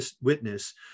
witness